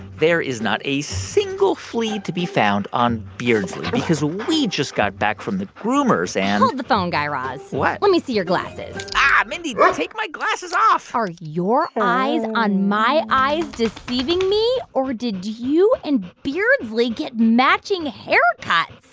there is not a single flea to be found on beardsley because we just got back from the groomer's, and. hold the phone, guy raz what? let me see your glasses ah, mindy, don't take my glasses off are your eyes on my eyes deceiving me, or did you and beardsley get matching hair cuts?